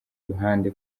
ruhande